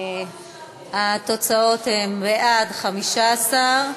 התוצאות הן: בעד 15,